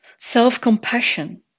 self-compassion